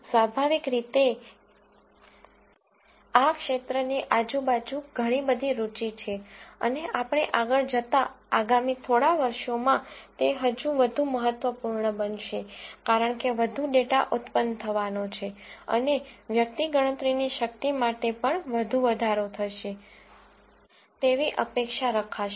સ્વાભાવિક રીતે આ ક્ષેત્રની આજુબાજુ ઘણી બધી રુચિ છે અને આપણે આગળ જતા આગામી થોડા વર્ષો માં તે હજી વધુ મહત્ત્વપૂર્ણ બનશે કારણ કે વધુ ડેટા ઉત્પન્ન થવાનો છે અને વ્યક્તિ ગણતરીની શક્તિ માટે પણ વધુ વધારો થશે તેવી અપેક્ષા રખાશે